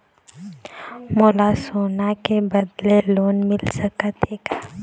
मोला सोना के बदले लोन मिल सकथे का?